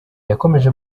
yakomeje